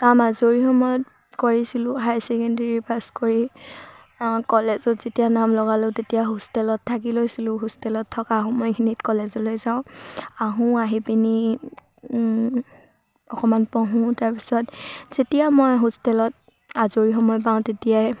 কাম আজৰি সময়ত কৰিছিলোঁ হায়াৰ ছেকেণ্ডেৰী পাছ কৰি কলেজত যেতিয়া নাম লগালোঁ তেতিয়া হোষ্টেলত থাকি লৈছিলোঁ হোষ্টেলত থকা সময়খিনিত কলেজলৈ যাওঁ আহোঁ আহি পিনি অকণমান পঢ়োঁ তাৰপিছত যেতিয়া মই হোষ্টেলত আজৰি সময় পাওঁ তেতিয়াই